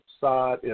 side